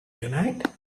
tonight